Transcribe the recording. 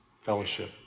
Fellowship